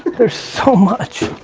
there's so much.